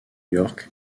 york